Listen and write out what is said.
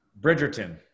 Bridgerton